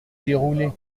dérouler